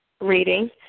reading